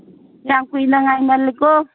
ꯌꯥꯝ ꯀꯨꯏꯅ ꯉꯥꯏꯃꯜꯂꯤꯀꯣ